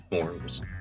forms